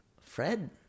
Fred